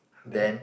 then